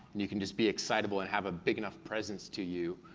and you can just be excitable and have a big enough presence to you,